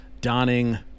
donning